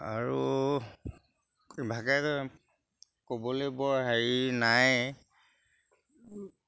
আৰু ইভাগে ক'বলৈ বৰ হেৰি নায়ে